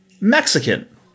Mexican